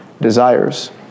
desires